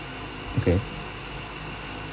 okay